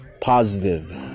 positive